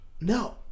No